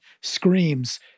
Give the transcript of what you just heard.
screams